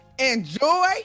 Enjoy